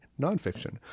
nonfiction